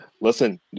listen